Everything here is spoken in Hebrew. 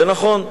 זה נכון,